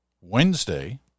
Wednesday